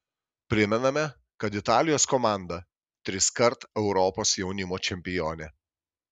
primename kad italijos komanda triskart europos jaunimo čempionė